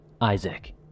Isaac